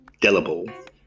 delible